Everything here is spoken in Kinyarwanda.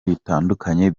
bitandukanye